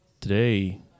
Today